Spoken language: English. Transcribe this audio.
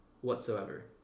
whatsoever